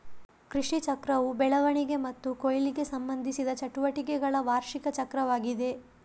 ಕೃಷಿಚಕ್ರವು ಬೆಳವಣಿಗೆ ಮತ್ತು ಕೊಯ್ಲಿಗೆ ಸಂಬಂಧಿಸಿದ ಚಟುವಟಿಕೆಗಳ ವಾರ್ಷಿಕ ಚಕ್ರವಾಗಿದೆ